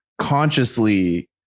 consciously